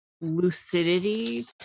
lucidity